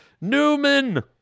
Newman